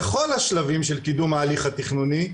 בכל השלבים של קידום ההליך התכנוני,